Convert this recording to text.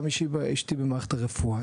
גם אשתי במערכת הרפואה,